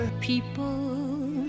People